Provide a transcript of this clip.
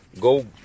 go